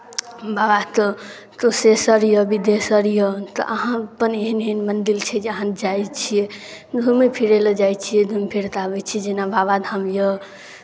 बाबा तऽ तुशेश्वर यए बिदेश्वर यए तऽ अहाँ अपन एहन एहन मण्डिल छै जे अहाँ जाइ छियै धूमै फिरय लेल जाइ छियै धुमि फिरि तऽ आबै छियै जेना बाबाधाम यए